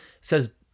says